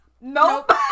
nope